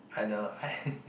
I know I